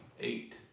Eight